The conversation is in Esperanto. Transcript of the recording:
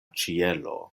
ĉielo